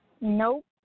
Nope